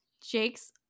Jake's